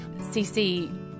CC